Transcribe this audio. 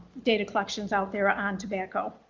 data collections out there on tobacco.